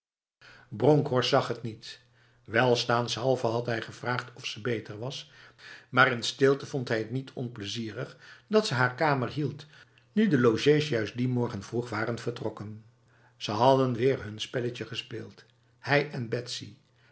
bronkhorst zag het niet welstaanshalve had hij gevraagd of ze beter was maar in stilte vond hij het niet onplezierig dat ze haar kamer hield nu de logés juist die morgen vroeg waren vertrokken ze hadden weer hun spelletje gespeeld hij en betsy